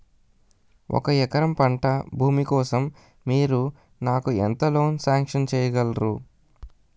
ఒక ఎకరం పంట భూమి కోసం మీరు నాకు ఎంత లోన్ సాంక్షన్ చేయగలరు?